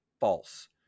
false